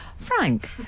Frank